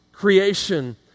creation